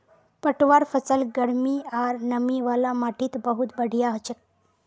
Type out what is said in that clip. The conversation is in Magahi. पटवार फसल गर्मी आर नमी वाला माटीत बहुत बढ़िया हछेक